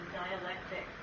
dialectic